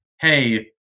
hey